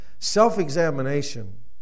Self-examination